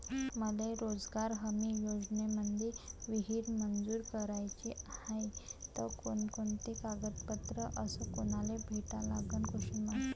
मले रोजगार हमी योजनेमंदी विहीर मंजूर कराची हाये त कोनकोनते कागदपत्र अस कोनाले भेटा लागन?